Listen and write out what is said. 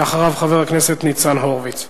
ואחריו, חבר הכנסת ניצן הורוביץ.